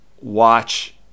watch